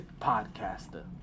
podcaster